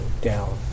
down